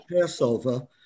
Passover